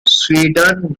sweden